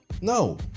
No